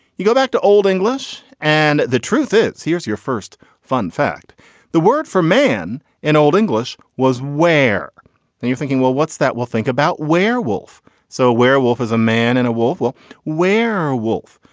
you go back to old english and the truth is here's your first fun fact the word for man in old english was where and you're thinking well what's that we'll think about werewolf so a werewolf is a man and a wolf will wear a wolf.